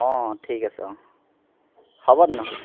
অঁ ঠিক আছে অঁ হ'ব তেনেহ'লে